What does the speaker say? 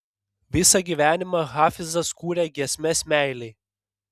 visą gyvenimą hafizas kūrė giesmes meilei